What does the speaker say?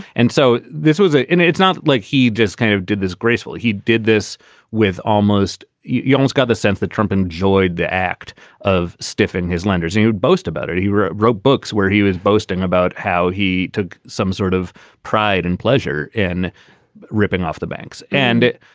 and so this was ah it. it's not like he just kind of did this gracefully. he did this with almost you almost got the sense that trump enjoyed the act of stiffing his lenders and boast about it. he wrote wrote books where he was boasting about how he took some sort of pride and pleasure in ripping off the banks. and,